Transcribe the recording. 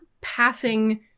passing